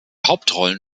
hauptrollen